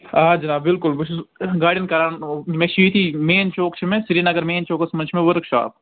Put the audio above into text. آ جِناب بلکُل بہٕ چھُس گاڑٮ۪ن کَران مےٚ چھِ ییٚتی مین چوک چھُ مےٚ سریٖنگر مین چوکس منٛز چھُ مےٚ ؤرٕک شاپ